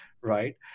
Right